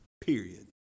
Period